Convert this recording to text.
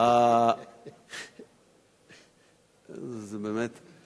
זה באמת,